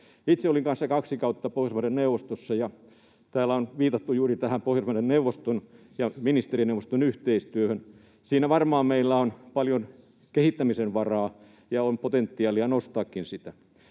Itse olin kanssa kaksi kautta Pohjoismaiden neuvostossa, ja täällä on viitattu juuri tähän Pohjoismaiden neuvoston ja ministerineuvoston yhteistyöhön. Siinä varmaan meillä on paljon kehittämisen varaa ja on potentiaalia nostaakin sitä.